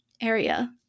area